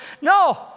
No